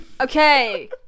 Okay